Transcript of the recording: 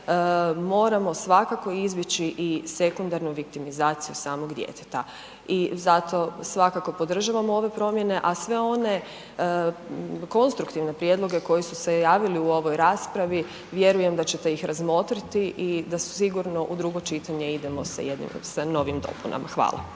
moramo svakako izbjeći i sekundarnu viktimizaciju samog djeteta i zato svakako podržavamo ove promjene, a sve one konstruktivne prijedloge koji su se javili u ovoj raspravi vjerujem da ćete ih razmotriti i da su sigurno u drugo čitanje idemo sa jednim, sa novim dopunama. Hvala.